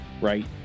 Right